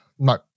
No